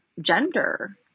gender